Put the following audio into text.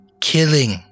killing